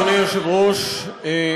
אדוני היושב-ראש.